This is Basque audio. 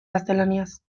gaztelaniaz